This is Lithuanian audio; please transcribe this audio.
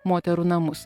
moterų namus